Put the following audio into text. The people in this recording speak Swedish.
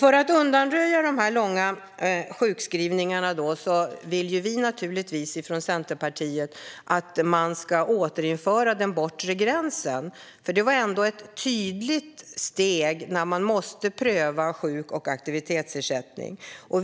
För att undanröja de långa sjukskrivningarna vill vi i Centerpartiet att den bortre gränsen ska återinföras, för det var ett tydligt steg när sjukersättning och aktivitetsersättning måste prövas.